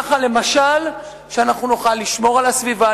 למשל כדי שאנחנו נוכל לשמור על הסביבה,